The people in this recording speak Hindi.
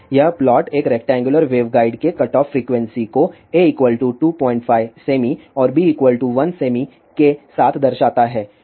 यह प्लॉट एक रेक्टेंगुलर वेवगाइड के कटऑफ फ्रीक्वेंसी को a 25 सेमी और b 1 सेमी के साथ दर्शाता है